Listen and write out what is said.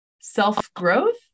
self-growth